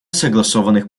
согласованных